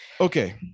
Okay